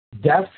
Death